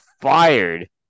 fired